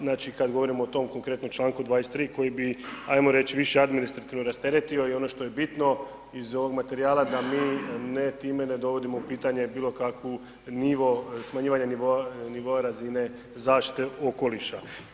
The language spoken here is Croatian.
Znači kada govorimo o tom konkretnom članku 23. koji bi ajmo reći više administrativno rasteretio i ono što je bitno iz ovog materijala da mi ne time ne dovodimo u pitanje bilo kakvu nivo, smanjivanje nivoa razine zaštite okoliša.